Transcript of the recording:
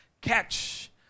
catch